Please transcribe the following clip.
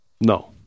No